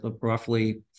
roughly